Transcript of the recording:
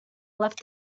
left